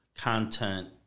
content